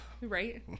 right